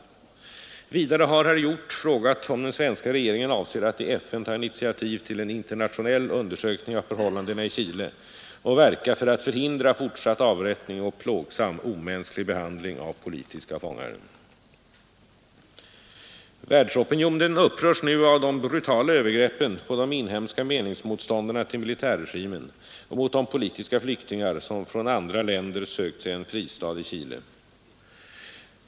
Vidare har herr Hjorth frågat om den svenska regeringen avser att i FN ta initiativ till en internationell undersökning av förhållandena i Chile och verka för att förhindra fortsatt avrättning och plågsam, omänsklig behandling av politiska fångar. Världsopinionen upprörs nu av de brutala övergreppen mot de inhemska meningsmotståndarna till militärregimen och mot de politiska flyktingar som från andra länder sökt sig en fristad i Chile.